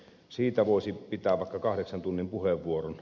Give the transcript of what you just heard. siitä voisin pitää vaikka kahdeksan tunnin puheenvuoron